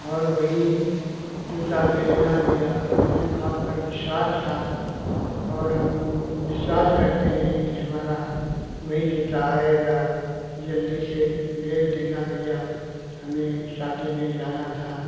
और वही जूता भेजना भइया हमें आप पर विश्वास था और हम विश्वास करते हैं कि हमारा वही जूता आएगा जल्दी से भेज देना भइया हमें शादी में जाना था